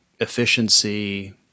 efficiency